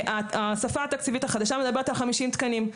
השפה התקציבית החדשה מדברת על 50 תקנים.